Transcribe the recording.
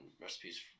recipes